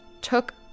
took